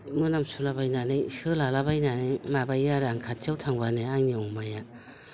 मोनामसुलाबायनानै सोलालाबायनानै माबायो आरो आं खाथियाव थांब्लानो आंनि अमाया